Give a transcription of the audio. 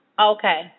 Okay